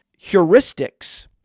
heuristics